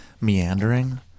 meandering